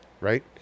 Right